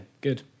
good